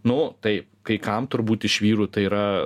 nu taip kai kam turbūt iš vyrų tai yra